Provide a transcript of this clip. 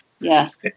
yes